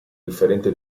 differente